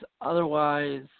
otherwise